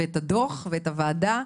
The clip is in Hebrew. ואת הדו"ח ואת הוועדה,